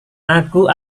aku